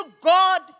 God